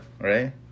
right